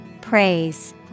Praise